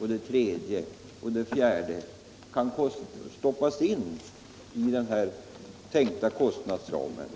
utgifter kan stoppas in i den tänkta kostnadsramen.